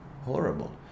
Horrible